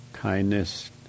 kindness